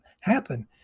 happen